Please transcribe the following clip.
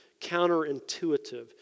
counterintuitive